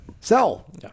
Sell